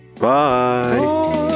bye